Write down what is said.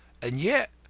and yet,